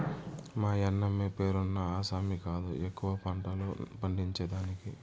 మాయన్నమే పేరున్న ఆసామి కాదు ఎక్కువ పంటలు పండించేదానికి